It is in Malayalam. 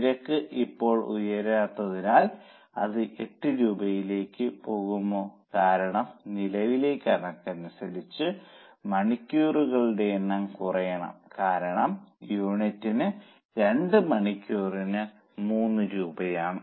നിരക്ക് ഇപ്പോൾ ഉയരുന്നതിനാൽ അത് 8 രൂപയിലേക്ക് പോകുമോ കാരണം നിലവിലെ കണക്കനുസരിച്ച് മണിക്കൂറുകളുടെ എണ്ണം കുറയണം കാരണം യൂണിറ്റിന് 2 മണിക്കൂറിന് 3 രൂപ ആണ്